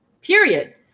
Period